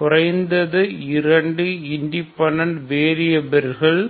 குறைந்தது இரு இண்டிபெண்டன்ட் வேரியபில்கள்